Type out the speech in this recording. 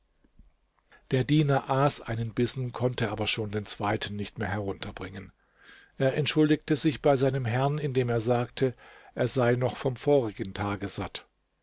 der diener aß einen bissen konnte aber schon den zweiten nicht mehr herunterbringen er entschuldigte sich bei seinem herrn indem er sagte er sei noch vom vorigen